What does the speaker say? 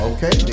Okay